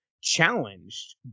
challenged